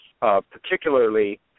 particularly